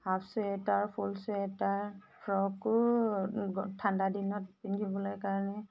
half sweater full sweater ফ্ৰকো ঠাণ্ডা দিনত পিন্ধিবলৈ কাৰণে